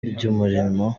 ry’umurimo